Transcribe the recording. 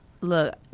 Look